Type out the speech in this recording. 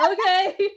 okay